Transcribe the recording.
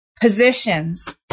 positions